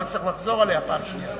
אני לא צריך לחזור עליה פעם שנייה.